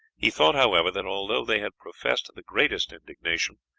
he thought, however, that although they had professed the greatest indignation,